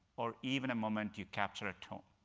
or even a moment you capture at home.